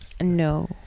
No